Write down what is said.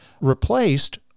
replaced